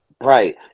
Right